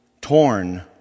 torn